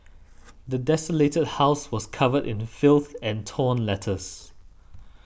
the desolated house was covered in filth and torn letters